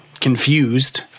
confused